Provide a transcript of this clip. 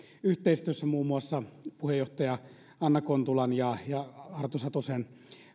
yhteistyössä muun muassa puheenjohtaja anna kontulan ja ja arto satosen